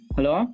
Hello